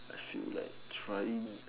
I feel like trying